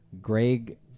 Greg